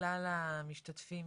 כלל המשתתפים